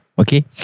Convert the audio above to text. Okay